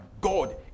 God